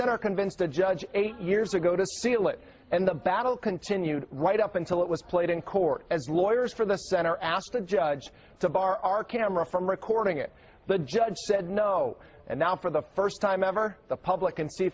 center convinced a judge eight years ago to see it and the battle continued right up until it was played in court as lawyers for the center asked the judge to bar our camera from recording it but judge said no and now for the first time ever the public can see